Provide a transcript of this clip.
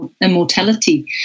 immortality